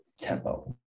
tempo